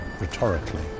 rhetorically